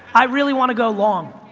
i really want to go long.